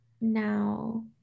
Now